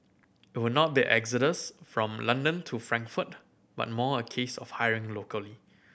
it will not be an exodus from London to Frankfurt but more a case of hiring locally